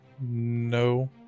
No